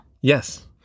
Yes